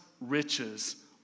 riches